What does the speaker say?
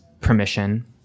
permission